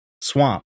swamp